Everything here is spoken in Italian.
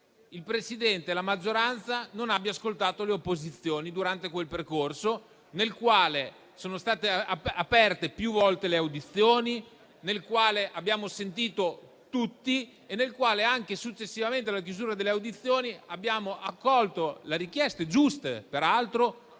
il Presidente e la maggioranza non abbiano ascoltato le opposizioni durante quel percorso, nel quale sono state aperte più volte le audizioni, abbiamo ascoltato tutti e nel quale, anche successivamente alla chiusura delle audizioni, abbiamo accolto le giuste richieste